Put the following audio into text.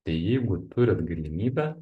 tai jeigu turit galimybę